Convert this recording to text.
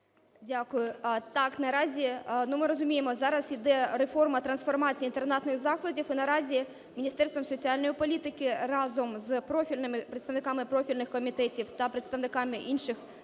Дякую. Так, наразі, ну, ми розуміємо, зараз іде реформа, трансформація інтернатних закладів, і наразі Міністерством соціальної політики разом з профільними представниками профільних комітетів та представниками інших